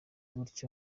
bityo